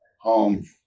home